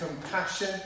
compassion